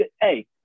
hey